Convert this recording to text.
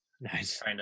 Nice